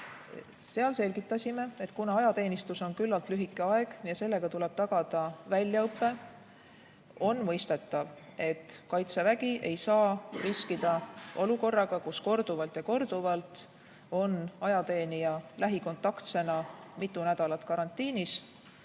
Selgitasime, et kuna ajateenistus on küllalt lühike aeg ja sellega tuleb tagada väljaõpe, on mõistetav, et kaitsevägi ei saa riskida olukorraga, kus korduvalt ja korduvalt on ajateenija lähikontaktsena mitu nädalat karantiinis